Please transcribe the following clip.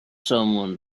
someone